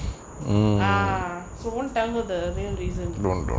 ah so won't tell her the real reason